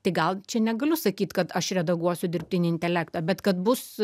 tai gal čia negaliu sakyt kad aš redaguosiu dirbtinį intelektą bet kad bus